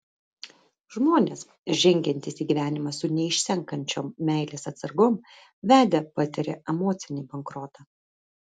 žmonės žengiantys į gyvenimą su neišsenkančiom meilės atsargom vedę patiria emocinį bankrotą